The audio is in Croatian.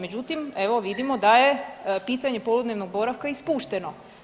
Međutim, evo vidimo da je pitanje poludnevnog boravka ispušteno.